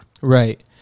Right